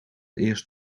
eerst